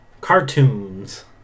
cartoons